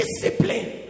discipline